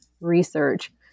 research